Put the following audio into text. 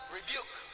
Rebuke